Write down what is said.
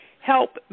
help